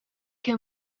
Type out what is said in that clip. che